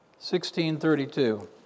1632